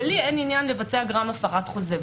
ולי אין עניין לבצע גרם הפרת חוזה.